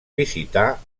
visitar